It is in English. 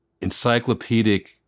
encyclopedic